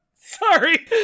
Sorry